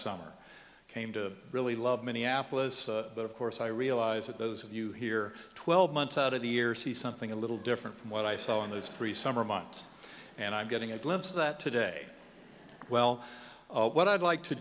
summer came to really love minneapolis but of course i realize that those of you here twelve months out of the year see something a little different from what i saw in those three summer months and i'm getting a glimpse of that today well what i'd like to